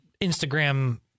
Instagram